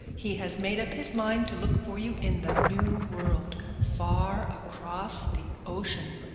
he has made up his mind to look for you in the new world, far across the ocean.